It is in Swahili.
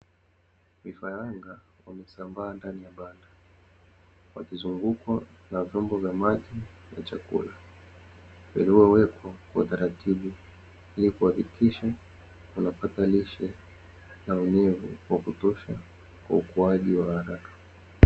Vifaranga wamesambaa ndani ya banda wakizungukwa na vyombo vya maji na chakula, vilivyowekwa kwa utaratibu ili kuhakikisha wanapata lishe na unyevu wa kutosha kwa ukuaji wa haraka.